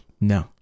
No